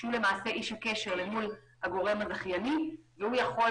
שהוא למעשה איש הקשר למול הגורם הזכייני ובאישורו